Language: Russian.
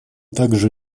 также